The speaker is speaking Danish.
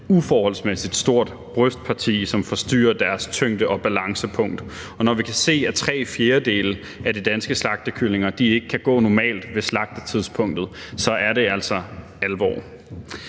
uforholdsmæssigt stort brystparti, som forstyrrer deres tyngde- og balancepunkt, og når vi kan se, at tre fjerdedele af de danske slagtekyllinger ikke kan gå normalt ved slagtetidspunktet, så er det altså alvor.